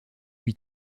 lui